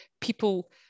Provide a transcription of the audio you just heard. people